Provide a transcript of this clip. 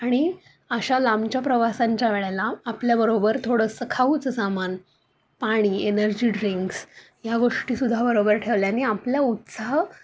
आणि अशा लांबच्या प्रवासांच्या वेळेला आपल्याबरोबर थोडंसं खाऊचं सामान पाणी एनर्जी ड्रिंक्स या गोष्टी सुद्धा बरोबर ठेवल्याने आपला उत्साह